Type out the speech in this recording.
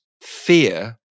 fear